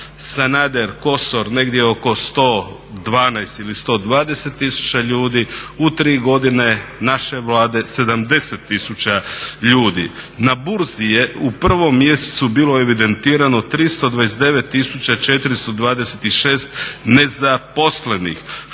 Sanader-Kosor negdje oko 112 ili 120 tisuća ljudi, u tri godine naše Vlade 70 tisuća ljudi. Na burzi je u 1.mjesecu bilo evidentirano 329.426 nezaposlenih što je za 50 tisuća manje nego